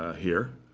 ah here,